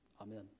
Amen